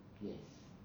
yes